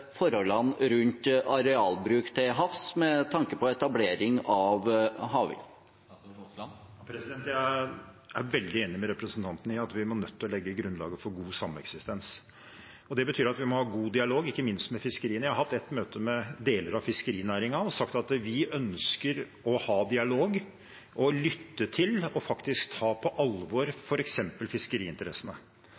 forholdene rundt arealbruk til havs med tanke på etablering av havvind? Jeg er veldig enig med representanten i at vi er nødt til å legge grunnlaget for god sameksistens. Det betyr at vi må ha god dialog, ikke minst med fiskeriene. Jeg har hatt et møte med deler av fiskerinæringen og sagt at vi ønsker å ha dialog og lytte til og ta på alvor